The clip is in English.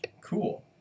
Cool